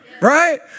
Right